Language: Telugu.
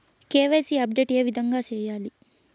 కె.వై.సి అప్డేట్ ఏ విధంగా సేయాలి?